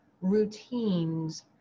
routines